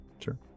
Sure